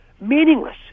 meaningless